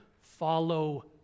follow